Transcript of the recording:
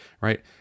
right